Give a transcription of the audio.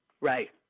Right